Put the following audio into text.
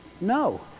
No